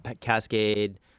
cascade